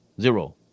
Zero